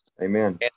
Amen